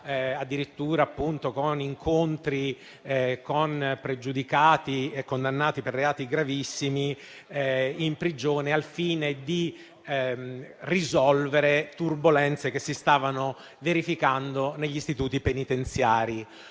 addirittura con incontri con pregiudicati e condannati per reati gravissimi in prigione, al fine di risolvere turbolenze che si stavano verificando negli istituti penitenziari.